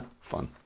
Fun